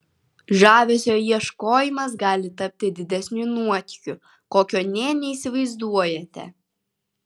žavesio ieškojimas gali tapti didesniu nuotykiu kokio nė neįsivaizduojate